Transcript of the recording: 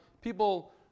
people